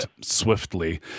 swiftly